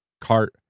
cart